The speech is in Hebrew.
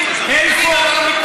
שנה בעוטף עזה, עשר שנים, מה כשל?